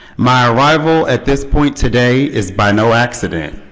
my arrival at this point today is by no accident.